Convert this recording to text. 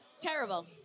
Terrible